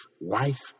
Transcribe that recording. life